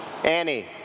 Annie